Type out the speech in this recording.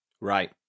Right